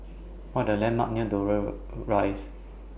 What Are The landmarks near Dover Rise